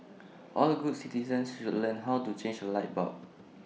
all good citizens should learn how to change A light bulb